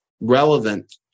relevant